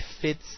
fits